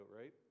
right